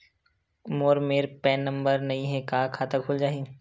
मोर मेर PAN number नई हे का खाता खुल जाही?